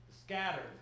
scattered